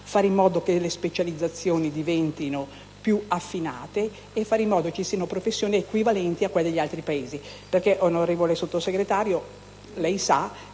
fare in modo che le specializzazioni diventino più affinate e che ci siano professioni equivalenti a quelle degli altri Paesi. Infatti, onorevole Sottosegretario, lei sa